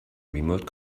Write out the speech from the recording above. remote